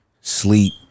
Sleep